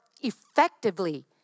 effectively